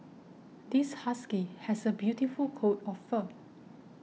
this husky has a beautiful coat of fur